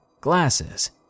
glasses